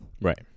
right